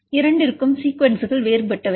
இரண்டிற்கும் சீக்வென்ஸ்கள் வேறுபட்டவை